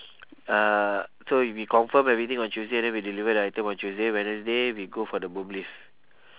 uh so we confirm everything on tuesday then we deliver the item on tuesday wednesday we go for the boom lift